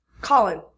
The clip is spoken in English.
Colin